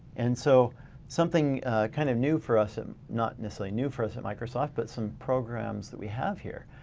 and so something kind of new for us, um not necessarily new for us at microsoft but some programs that we have here.